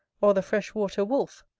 or the fresh-water wolf,